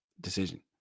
decision